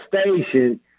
station